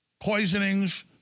poisonings